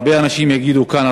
הרבה אנשים יגידו כאן,